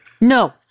No